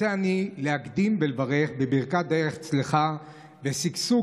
רוצה אני להקדים ולברך בברכת דרך צלחה ושגשוג